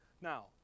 Now